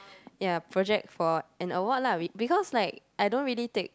ya project for an award lah be~ because like I don't really take